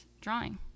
drawing